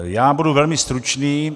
Já budu velmi stručný.